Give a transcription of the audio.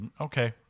okay